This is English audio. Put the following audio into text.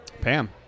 Pam